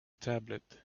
tablet